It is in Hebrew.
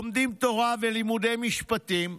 לומדים תורה ולימודי משפטים,